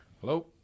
Hello